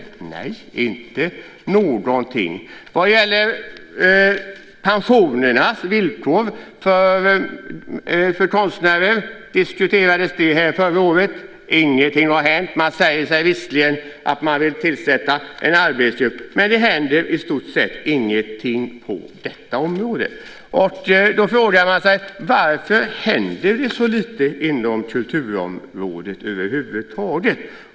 Nej, inte någonting. Förra året diskuterade vi pensionsvillkoren för konstnärer. Men ingenting har hänt. Man säger visserligen att man vill tillsätta en arbetsgrupp, men det händer i stort sett ingenting på detta område. Varför händer det så lite inom kulturområdet över huvud taget?